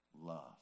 love